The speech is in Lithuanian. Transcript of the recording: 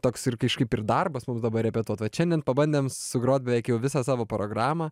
toks ir kažkaip ir darbas mums dabar repetuot vat šiandien pabandėm sugrot beveik jau visą savo programą